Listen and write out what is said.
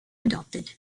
adopted